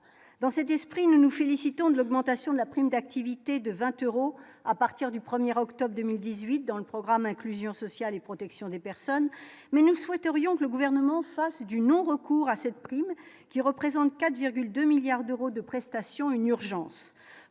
dans cet esprit, nous nous félicitons de l'augmentation de la prime d'activité de 20 euros à partir du 1er octobre 2018 dans le programme inclusion sociale et protection des personnes, mais nous souhaiterions que le gouvernement fasse du non-recours à cette prime, qui représente 4,2 milliards d'euros de prestations une urgence